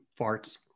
farts